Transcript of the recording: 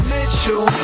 Mitchell